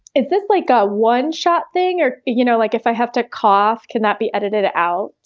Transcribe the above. is this, like, a one-shot thing or, you know, like if i have to cough, can that be edited out?